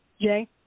Jay